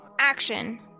action